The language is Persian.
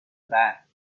بعد